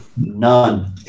None